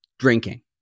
Drinking